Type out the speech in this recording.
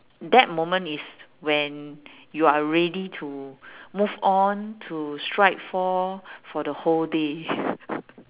that moment is when you are ready to move on to stride for for the whole day